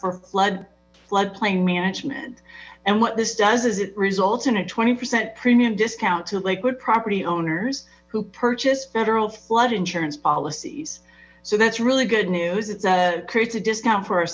for flood floodplain management and what this does is it results in a twenty percent premium discount to lakewood property owners who purchase federal flood insurance policies so that's really good news it creates a discount for our